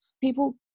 people